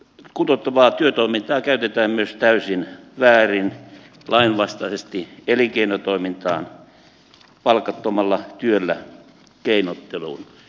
kuntouttavaa työtoimintaa käytetään myös täysin väärin lainvastaisesti elinkeinotoimintaan palkattomalla työllä keinotteluun